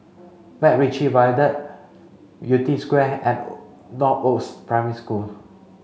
MacRitchie Viaduct Yew Tee Square and Northoaks Primary School